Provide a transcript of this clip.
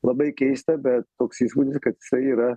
labai keista bet toks įspūdis kad cia yra